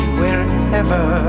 wherever